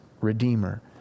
redeemer